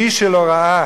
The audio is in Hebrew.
מי שלא ראה